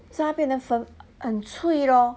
再变成粉很脆 lor